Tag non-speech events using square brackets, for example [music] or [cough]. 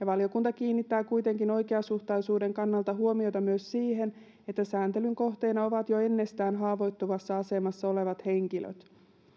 [unintelligible] valiokunta kiinnittää kuitenkin oikeasuhtaisuuden kannalta huomiota myös siihen että sääntelyn kohteena ovat jo ennestään haavoittuvassa asemassa olevat henkilöt